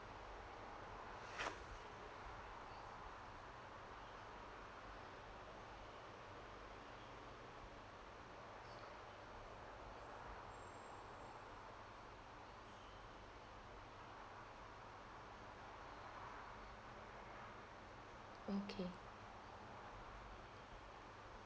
okay